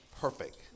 perfect